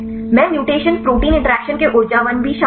में mutation protein interaction के ऊर्जावान भी शामिल हैं